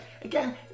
Again